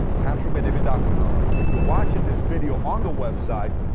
patrickbetdavid ah com, if you're watching this video on the website,